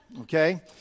okay